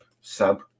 sub